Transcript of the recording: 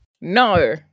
No